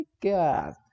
God